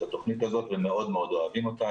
התוכנית הזאת ומאוד מאוד אוהבים אותה.